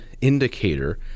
indicator